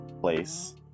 place